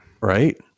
Right